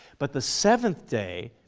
but the seventh day,